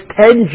ten